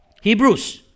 Hebrews